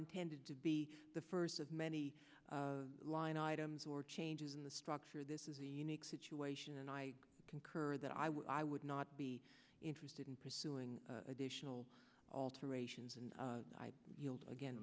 intended to be the first of many line items or changes in the structure this is a unique situation and i concur that i would i would not be interested in pursuing additional alterations and